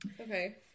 Okay